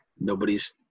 nobody's